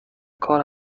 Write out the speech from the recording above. کار